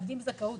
שמאבדים כבר זכאות,